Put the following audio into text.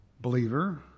believer